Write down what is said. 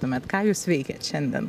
tuomet ką jūs veikiat šiandien